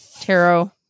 Tarot